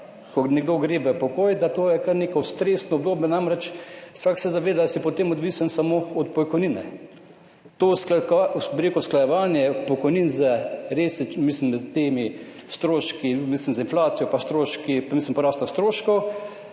ko nekdo gre v pokoj, da to je kar neko stresno obdobje, namreč vsak se zaveda, da si potem odvisen samo od pokojnine. To bi rekel, usklajevanje pokojnin s temi stroški, mislim z inflacijo, pa stroški, mislim porast stroškov,